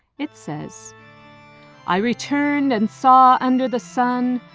it says i returned and saw under the sun,